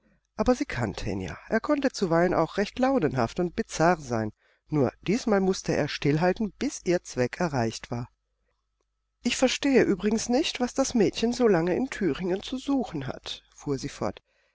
aber sie kannte ihn ja er konnte zuweilen auch recht launenhaft und bizarr sein nun diesmal mußte er stillhalten bis ihr zweck erreicht war ich verstehe übrigens nicht was das mädchen so lange in thüringen zu suchen hat fuhr sie fort